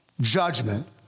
judgment